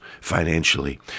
financially